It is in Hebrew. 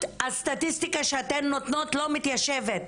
הסטטיסטיקה שאתן נותנות לא מתיישבת.